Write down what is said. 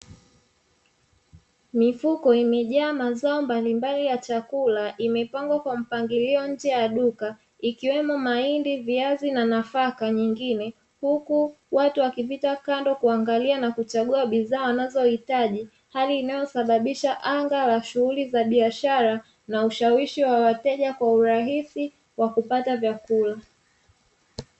Mifuko imejaa mazao mbalimbali ya chakula imepangwa kwa mpangilio nje ya duka ikiwemo mahindi, viazi na nafaka nyingine huku watu wakipita kando kuangalia na kuchagua bidhaa waazohitaji, hali inayosababisha anga la shughuli za biashara na ushawishi wa wateja kwa urahisi kwa kupata vyakula.